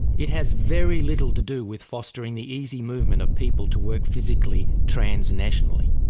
it has very little to do with fostering the easy movement of people to work physically transnationally.